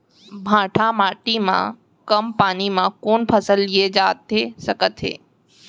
भांठा माटी मा कम पानी मा कौन फसल लिए जाथे सकत हे?